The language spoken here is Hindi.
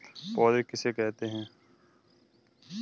पौध किसे कहते हैं?